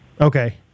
Okay